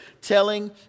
telling